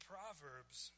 Proverbs